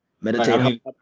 Meditate